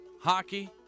Hockey